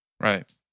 right